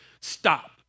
stop